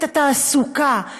את התעסוקה.